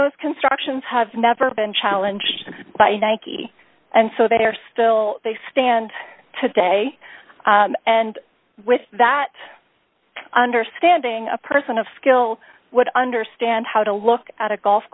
those constructions have never been challenged by nike and so there still they stand today and with that understanding a person of skill would understand how to look at a golf